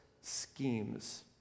schemes